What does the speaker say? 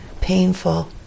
painful